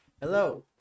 hello